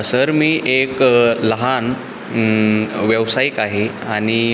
sir मी एक लहान व्यावसायिक आहे आणि